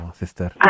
sister